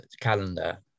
calendar